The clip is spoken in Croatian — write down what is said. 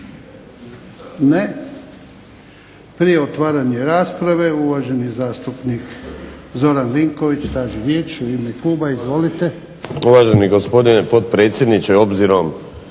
Ne. Prije otvaranja rasprave uvaženi zastupnik Zoran Vinković traži riječ u ime kluba. Izvolite. **Vinković, Zoran (HDSSB)** Uvaženi gospodine potpredsjedniče, obzirom